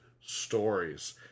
stories